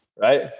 right